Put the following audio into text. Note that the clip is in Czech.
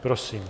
Prosím.